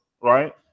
right